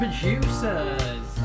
Producers